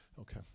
Okay